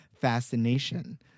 fascination